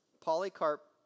Polycarp